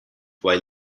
while